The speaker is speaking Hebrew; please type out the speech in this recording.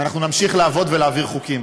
ואנחנו נמשיך לעבוד ולהעביר חוקים.